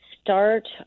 Start